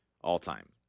all-time